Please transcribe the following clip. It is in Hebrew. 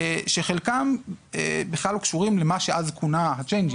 שחלקם בכלל לא קשורים למה שאז כונה ה"צ'ייניג'ים",